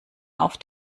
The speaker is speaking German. auf